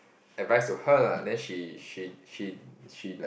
advice to her lah then she she she she like